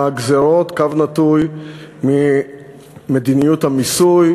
מהגזירות / ממדיניות המיסוי,